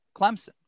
Clemson